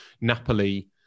Napoli